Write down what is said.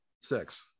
Six